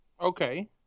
Okay